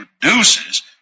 produces